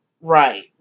Right